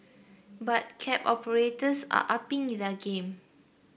but cab operators are upping their game